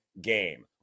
game